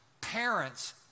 parents